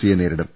സിയെ നേരിടും